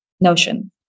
Notion